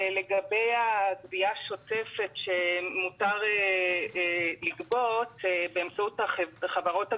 לגבי הגבייה השוטפת שמותר לגבות באמצעות חברות הגבייה: